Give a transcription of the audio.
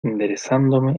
enderezándome